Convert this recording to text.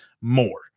more